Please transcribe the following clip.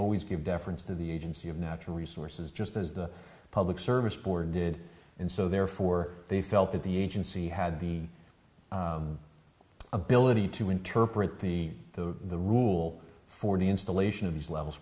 always give deference to the agency of natural resources just as the public service board did and so therefore they felt that the agency had the ability to interpret the the the rule for the installation of these levels